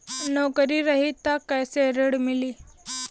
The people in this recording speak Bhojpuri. नौकरी रही त कैसे ऋण मिली?